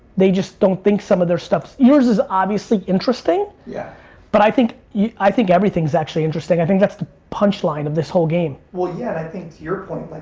they just don't think some of their stuff. yours is obviously interesting, yeah but i think yeah i think everything is actually interesting. i think that's the punchline of this whole game. well, yeah and i think to your point,